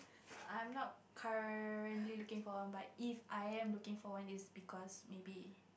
I am not currently looking for one but if I am looking for one is because maybe